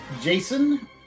Jason